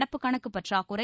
நடப்புக் கணக்கு பற்றாக்குறை